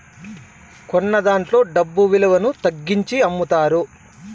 కొన్నదాంట్లో డబ్బు విలువను తగ్గించి అమ్ముతారు